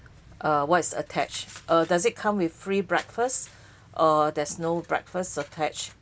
uh what is attached uh does it come with free breakfast or there's no breakfast attach